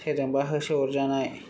सोरजोंबा होसोहरजानाय